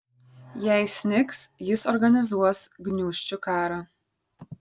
jei snigs jis organizuos gniūžčių karą